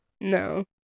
No